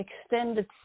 Extended